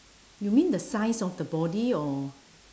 you mean the size of the body or